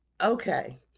Okay